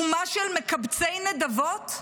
אומה של מקבצי נדבות?